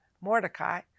Mordecai